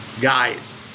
Guys